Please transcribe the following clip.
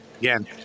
Again